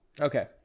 okay